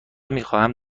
میخواهم